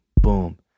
boom